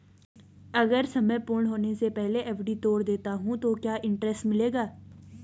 अगर समय पूर्ण होने से पहले एफ.डी तोड़ देता हूँ तो क्या इंट्रेस्ट मिलेगा?